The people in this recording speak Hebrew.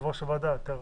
יושב-ראש הוועדה יותר